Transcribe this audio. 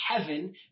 heaven